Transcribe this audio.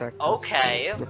okay